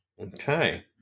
Okay